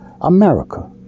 America